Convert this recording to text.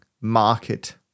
market